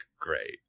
great